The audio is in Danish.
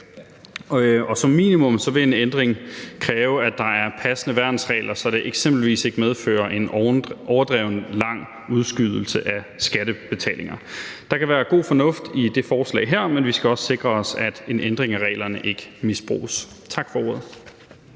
Som minimum vil en ændring kræve, at der er passende værnsregler, så det eksempelvis ikke medfører en overdrevent lang udskydelse af skattebetalinger. Der kan være god fornuft i det her forslag, men vi skal også sikre os, at en ændring af reglerne ikke misbruges. Tak for ordet.